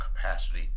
capacity